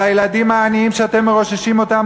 על הילדים העניים שאתם מרוששים אותם